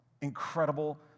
incredible